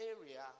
area